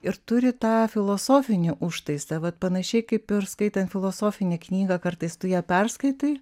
ir turi tą filosofinį užtaisą vat panašiai kaip ir skaitant filosofinę knygą kartais tu ją perskaitai